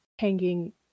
hanging